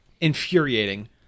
infuriating